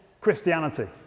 Christianity